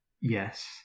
Yes